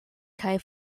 kaj